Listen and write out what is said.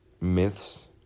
myths